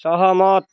ସହମତ